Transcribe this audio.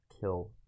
kill